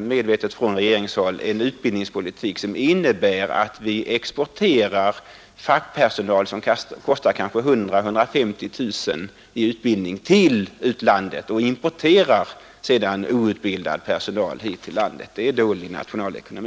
medvetet — skall bedriva en utbildningspolitik som innebär att vi exporterar fackpersonal som kostar 100 000-150 000 kronor i utbildning, och sedan hit till landet importerar outbildad personal. Det är dålig nationalekonomi.